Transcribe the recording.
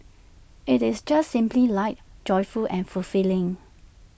IT is just simply light joyful and fulfilling